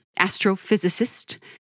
astrophysicist